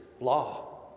law